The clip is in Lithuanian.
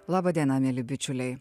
laba diena mieli bičiuliai